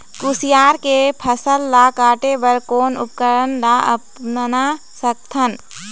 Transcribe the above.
कुसियार के फसल ला काटे बर कोन उपकरण ला अपना सकथन?